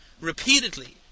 repeatedly